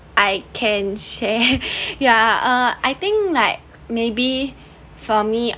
I can share yeah uh I think like maybe for me